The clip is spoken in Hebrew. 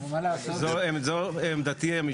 זו עמדתי המשפטית.